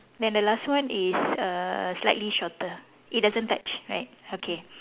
then the last one is err slightly shorter it doesn't touch right okay